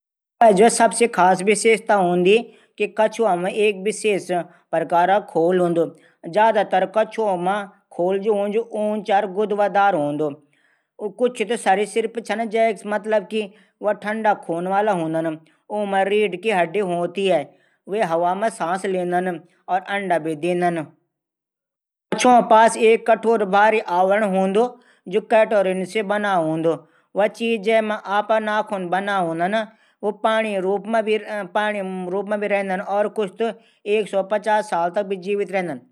कछुओं की जू खास विशेषता हूदी। कछुआ मा एक विशेष प्रकार कू खोल हूंदू। ज्यादातर कछुआ मा खोल ऊंचू और गुदवादार हूदू। कुछ त सरीसृप छन ऊ ठःडा खून वाला हूदन। ऊमा रीड हडडी हूदी चा। हवा मां सांस लिदन। और ठंडक भी दिदन। कछुओं मा एक बाहरी आवारण हूदू। जू कैटोरिन से बणू हूदू।